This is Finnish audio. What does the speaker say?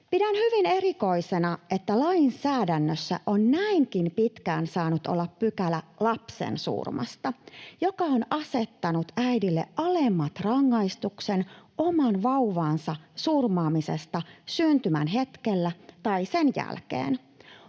Pidän hyvin erikoisena, että lainsäädännössä on näinkin pitkään saanut olla pykälä lapsensurmasta, joka on asettanut äideille alemman rangaistuksen oman vauvansa surmaamisesta syntymän hetkellä tai sen jälkeen.